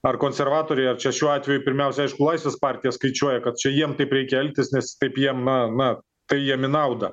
ar konservatoriai ar čia šiuo atveju pirmiausia laisvės partija skaičiuoja kad čia jiem taip reikia elgtis nes taip jie na na tai jiem į naudą